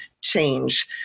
change